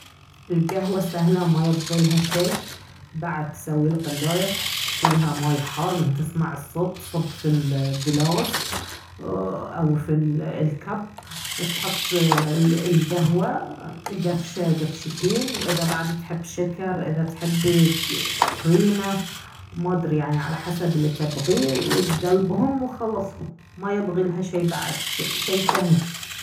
القهوة سهلة ما يبغي لها شي بعد تسوي الغلاية تحط فيها ماي حار لين تسمع الصوت تصب في القلاص او في الكب وتحط القهوة قفشة قفشتين واذا بعد تحب شكر اذا تحب كريمة ما ادري يعني على حسب اللي تبغيه وتقلبهم وخلاص ما يبغي لها شي بعد شي سهل